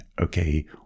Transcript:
okay